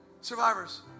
Survivors